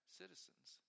citizens